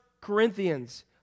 Corinthians